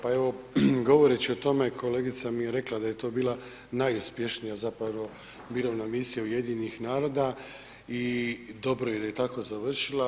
Pa evo govoreći o tome kolegica je rekla da je to bila najuspješnija mirovina misija UN-a i dobro je da je tako završila.